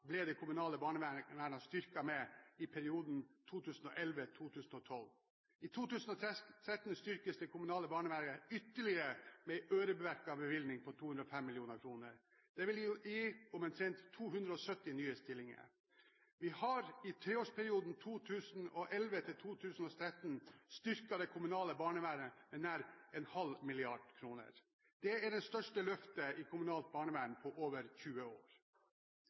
ble det kommunale barnevernet styrket med i perioden 2011–2012. I 2013 styrkes det kommunale barnevernet ytterligere med en øremerket bevilgning på 205 mill. kr. Det vil gi omtrent 270 nye stillinger. Vi har i treårsperioden 2011–2013 styrket det kommunale barnevernet med nær en halv milliard kroner. Det er det største løftet i kommunalt barnevern på over 20 år.